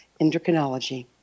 Endocrinology